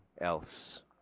else